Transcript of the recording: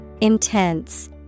Intense